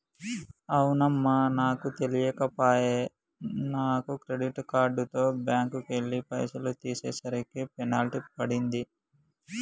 అవునమ్మా నాకు తెలియక పోయే నాను క్రెడిట్ కార్డుతో బ్యాంకుకెళ్లి పైసలు తీసేసరికి పెనాల్టీ పడింది